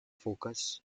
focus